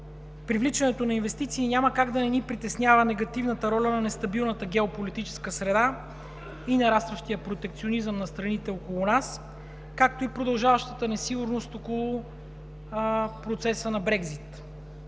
привличането на инвестиции няма как да не ни притеснява негативната роля на нестабилната геополитическа среда и нарастващият протекционизъм на страните около нас, както и продължаващата несигурност около процеса на Брекзит.